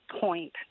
point